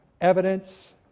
evidence